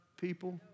people